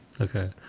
Okay